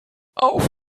auf